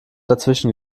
dazwischen